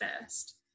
first